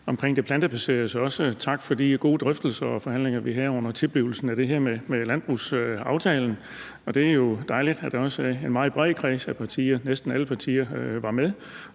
er vi jo enige. Så også tak for de gode drøftelser og forhandlinger, vi havde under tilblivelsen af det her med landbrugsaftalen. Det er jo dejligt, at der også er en meget bred kreds af partier med – næsten alle partier er med